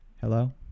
Hello